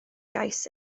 gais